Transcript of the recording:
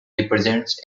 represents